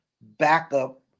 backup